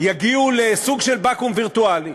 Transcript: יגיעו לסוג של בקו"ם וירטואלי,